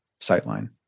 Sightline